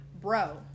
bro